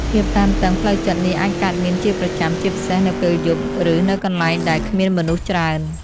ភាពតានតឹងផ្លូវចិត្តនេះអាចកើតមានជាប្រចាំ ជាពិសេស នៅពេលយប់ ឬនៅកន្លែងដែល គ្មានមនុស្សច្រើន។